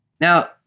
Now –